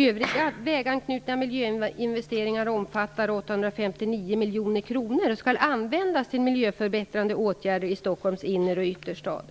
Övriga väganknutna miljöinvesteringar omfattar 859 miljoner kronor och skall användas till miljöförbättrande åtgärder i Stockholms inner och ytterstad.